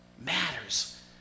matters